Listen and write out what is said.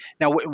Now